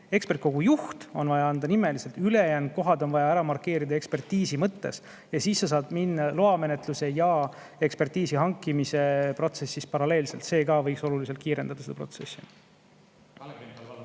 ekspertkogu juht on vaja teada anda nimeliselt, ülejäänud kohad on vaja ära markeerida ekspertiisi sisu mõttes. Ja sa saad minna loamenetluse ja ekspertiisi hankimise protsessi paralleelselt. See ka võiks oluliselt kiirendada seda protsessi.